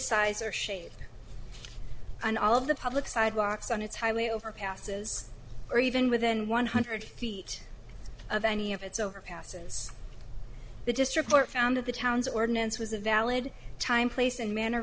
size or shape on all of the public sidewalks on its highly overpasses or even within one hundred feet of any of its overpasses the district court found that the town's ordinance was a valid time place and man